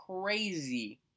crazy